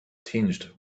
tinged